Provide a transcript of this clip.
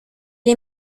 est